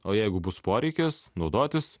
o jeigu bus poreikis naudotis